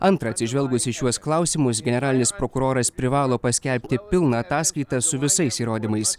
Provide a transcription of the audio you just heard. antra atsižvelgus į šiuos klausimus generalinis prokuroras privalo paskelbti pilną ataskaitą su visais įrodymais